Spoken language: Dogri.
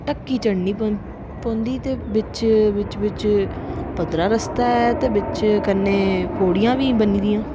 ढक्की चढ़नी पौंदी ते बिच बिच पंदरां रस्ता ऐ ते बिच कन्नै पौड़ियां बी बनी दियां